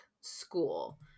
school